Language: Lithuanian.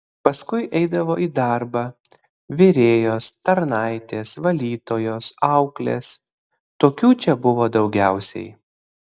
paskui eidavo į darbą virėjos tarnaitės valytojos auklės tokių čia buvo daugiausiai